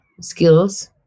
skills